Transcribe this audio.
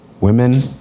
women